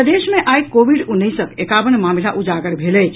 प्रदेश मे आई कोविड उन्नैसक एकावन मामिला उजागर भेल अछि